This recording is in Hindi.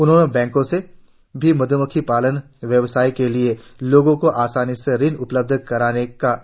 उन्होंने बैंको से भी मधुमक्खी पालन व्यवसाय के लिए लोगों को आसानी से ऋण उपलब्ध कराने का अग्राह किया